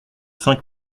cinq